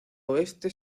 oeste